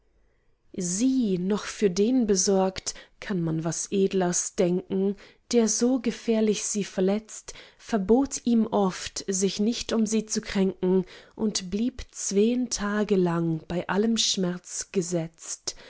sie noch für den besorgt kann man was edlers denken der so gefährlich sie verletzt verbot ihm oft sich nicht um sie zu kränken und blieb zween tage lang bei allem schmerz gesetzt